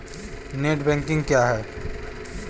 Net banking क्या है?